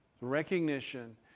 recognition